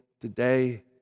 today